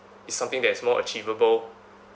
is something that is more achievable